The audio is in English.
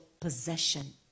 possession